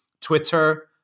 Twitter